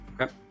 Okay